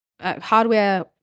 hardware